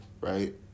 Right